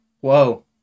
whoa